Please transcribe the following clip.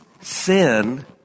Sin